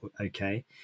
okay